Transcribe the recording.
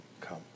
come